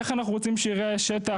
איך אנחנו רוצים שייראה השטח?